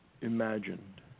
imagined